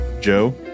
joe